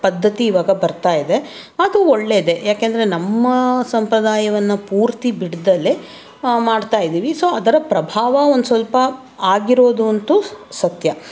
ಪದ್ಧತಿ ಇವಾಗ ಬರ್ತಾ ಇದೆ ಅದು ಒಳ್ಳೇದೇ ಯಾಕೆಂದರೆ ನಮ್ಮ ಸಂಪ್ರದಾಯವನ್ನು ಪೂರ್ತಿ ಬಿಡ್ದಲೇ ಮಾಡ್ತಾ ಇದ್ದೀವಿ ಸೊ ಅದರ ಪ್ರಭಾವ ಒಂದ್ಸ್ವಲ್ಪ ಆಗಿರೋದು ಅಂತೂ ಸ ಸತ್ಯ